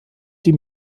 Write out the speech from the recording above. die